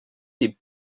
des